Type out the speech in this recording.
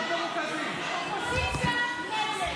(קורא בשמות חברי הכנסת)